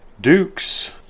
Dukes